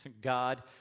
God